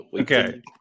okay